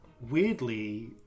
weirdly